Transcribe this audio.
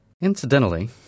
Incidentally